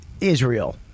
israel